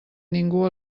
ningú